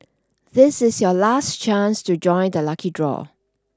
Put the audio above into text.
this is your last chance to join the lucky draw